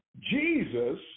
Jesus